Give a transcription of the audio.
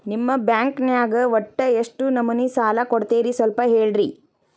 ನಿಮ್ಮ ಬ್ಯಾಂಕ್ ನ್ಯಾಗ ಒಟ್ಟ ಎಷ್ಟು ನಮೂನಿ ಸಾಲ ಕೊಡ್ತೇರಿ ಸ್ವಲ್ಪ ಹೇಳ್ರಿ